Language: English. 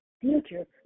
future